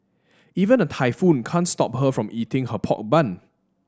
even a typhoon can't stop her from eating her pork bun